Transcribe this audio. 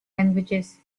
languages